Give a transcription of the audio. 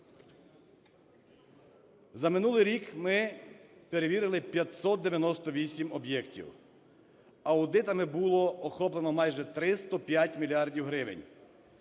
За минулий рік ми перевірили 598 об'єктів. Аудитами було охоплено майже 305 мільярдів